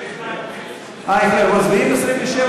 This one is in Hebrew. אייכלר יגיד.